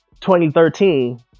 2013